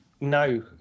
No